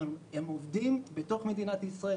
אבל הם עובדים בתוך מדינת ישראל,